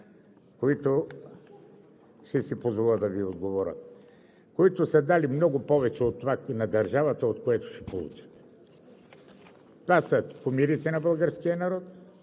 които са дали много повече на държавата от това, което ще получат. Това са кумирите на българския народ.